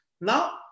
Now